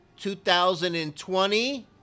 2020